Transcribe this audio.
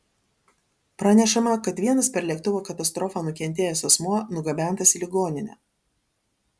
pranešama kad vienas per lėktuvo katastrofą nukentėjęs asmuo nugabentas į ligoninę